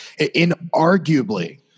inarguably